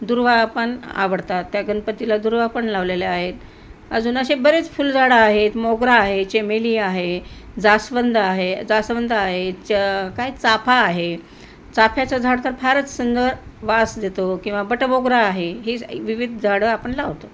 दुर्वा पण आवडतात त्या गणपतीला दुर्वा पण लावलेल्या आहेत अजून असे बरेच फुलझाडं आहेत मोगरा आहे चमेली आहे जास्वंद आहे जास्वंद आहे च काय चाफा आहे चाफ्याचं झाड तर फारच सुंदर वास देतो किंवा बटमोगरा आहे ही विविध झाडं आपण लावतो